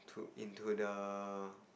into the